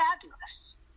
fabulous